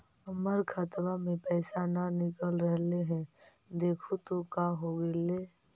हमर खतवा से पैसा न निकल रहले हे देखु तो का होगेले?